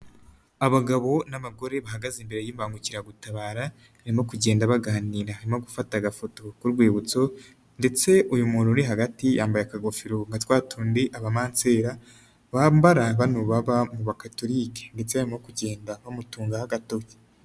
Abagabo n'abagore bahagaze imbere y'imbangukiragutabara barimo kugenda baganira no gufata agafoto k'urwibutso ndetse uyu muntu uri hagati yambaye akagofero nka twa tundi abamansere bambara bano baba mu ba katolike ndetse barimo kugenda bamutungaho agatoki.